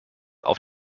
auf